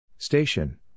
Station